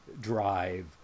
drive